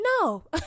No